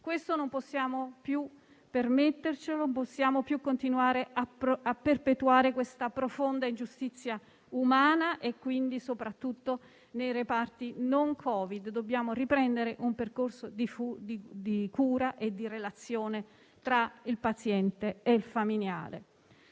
Questo non possiamo più permettercelo; non possiamo più continuare a perpetuare questa profonda ingiustizia umana. Quindi, soprattutto nei reparti non Covid, dobbiamo riprendere un percorso di cura e di relazione tra il paziente e il familiare.